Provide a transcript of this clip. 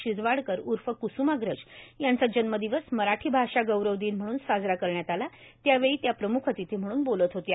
शिरवाडकर ऊर्फ क्स्माग्रज यांचा जन्मदिवस मराठी भाषा गौरव दिन म्हणून साजरा करण्यात आला त्यावेळी त्या प्रम्ख अतिथी म्हणून बोलत होत्या